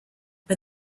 but